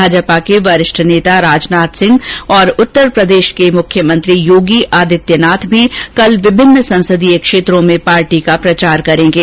भाजपा के वरिष्ठ नेता राजनाथ सिंह और उत्तरप्रदेष के मुख्यमंत्री योगी आदित्यनाथ भी कल विभिन्न संसदीय क्षेत्रों में पार्टी का प्रचार करेंगे